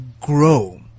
grow